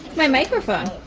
my microphone